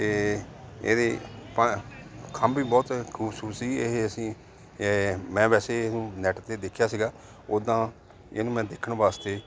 ਅਤੇ ਇਹਦੀ ਪ ਖੰਭ ਵੀ ਬਹੁਤ ਖੂਬਸੂਰਤ ਸੀ ਇਹ ਅਸੀਂ ਮੈਂ ਵੈਸੇ ਨੈੱਟ 'ਤੇ ਦੇਖਿਆ ਸੀਗਾ ਉੱਦਾਂ ਇਹਨੂੰ ਮੈਂ ਦੇਖਣ ਵਾਸਤੇ